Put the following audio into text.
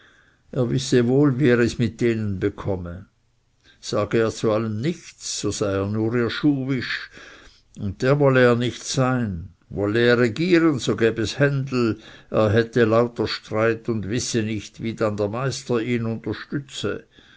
er wisse wohl wie er es mit denen bekomme sage er zu allem nichts so sei er nur ihr schuhwisch und der wolle er nicht sein wolle er regieren so gäbe es händel er hätte lauter streit und wisse nicht wie dann der meister ihn